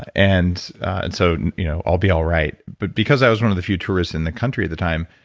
and and so you know i'll be alright. but because i was one of the few tourists in the country at the time,